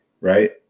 right